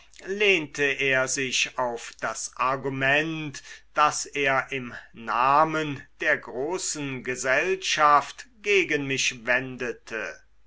lehnte er sich auf das argument das er im namen der großen gesellschaft gegen mich wendete